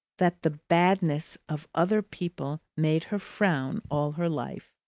that the badness of other people made her frown all her life.